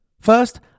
First